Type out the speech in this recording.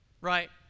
right